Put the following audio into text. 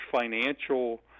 financial